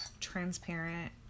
Transparent